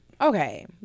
Okay